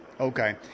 Okay